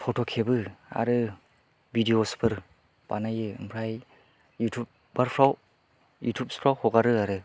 photo खेबो आयो भिदिअसफोर बानायो ओमफ्राय इउथुबफ्राव इउथुब्सआव हगारो आरो